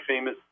famous